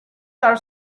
are